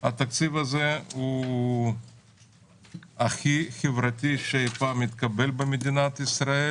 התקציב הזה הוא הכי חברתי שאי פעם התקבל במדינת ישראל,